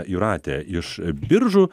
jūratė iš biržų